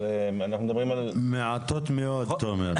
אבל אנחנו מדברים על --- מעטות מאוד תומר.